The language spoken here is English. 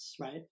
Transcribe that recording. right